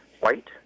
white